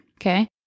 Okay